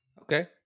Okay